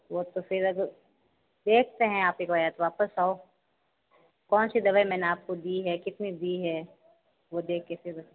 वो तो फिर अब देखते है आप एक बार वापस आओ कौन सी दवाई मैंने आपको दी है कितनी दी है वो देख के फिर